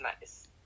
nice